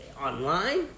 Online